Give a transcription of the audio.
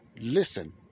Listen